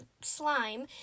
slime